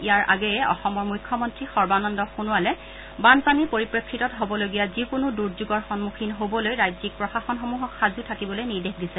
ইয়াৰ আগেয়ে অসমৰ মুখ্যমন্ত্ৰী সৰ্বানন্দ সোণোৱালে বানপানীৰ পৰিপ্ৰেক্ষিতত হ'বলগীয়া যিকোনো দুৰ্যোগৰ সন্মুখীন হ'বলৈ ৰাজ্যিক প্ৰশাসনসমূহক সাজু থাকিবলৈ নিৰ্দেশ দিছে